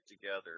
together